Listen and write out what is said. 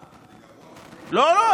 לא,